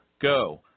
Go